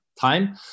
time